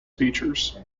features